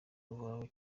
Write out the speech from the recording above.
buhoraho